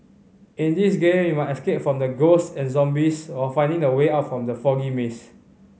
in this game you must escape from ghosts and zombies while finding the way out from the foggy maze